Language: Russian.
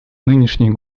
нынешний